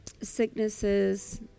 sicknesses